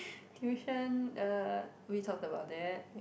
tuition uh we talked about that